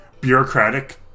bureaucratic